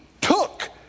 took